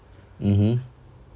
mmhmm